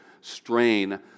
strain